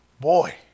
boy